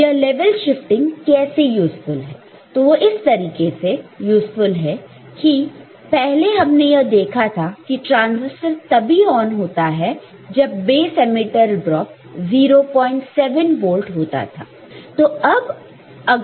तो यह level shifting कैसे यूज़फुल है तो वह इस तरीके से यूज़फुल है कि पहले हमने यह देखा था कि ट्रांसिस्टर तभी ऑन होता है जब बेस एमिटर ड्रॉप 07 वोल्ट होता है